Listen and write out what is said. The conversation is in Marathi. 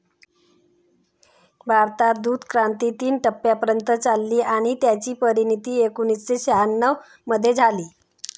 भारतात दूधक्रांती तीन टप्प्यांपर्यंत चालली आणि त्याची परिणती एकोणीसशे शहाण्णव मध्ये झाली